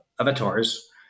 avatars